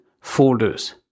folders